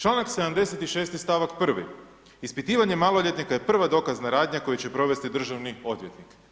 Čl. 76. stavak 1. Ispitivanje maloljetnika je prva dokazna radnja koju će provesti državni odvjetnik.